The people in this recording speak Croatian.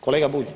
Kolega Bulj?